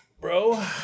bro